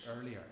earlier